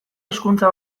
hizkuntza